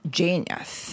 genius